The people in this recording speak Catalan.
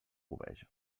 cobeja